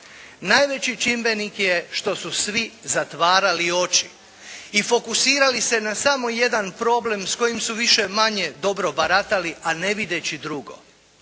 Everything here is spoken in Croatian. Najveći čimbenik je što su svi zatvarali oči i fokusirali se na samo jedan problem s kojim su više-manje baratali a ne vidjevši drugo.